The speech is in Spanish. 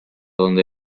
donde